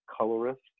colorist